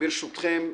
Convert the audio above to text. ברשותכם,